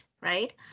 right